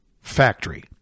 factory